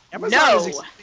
No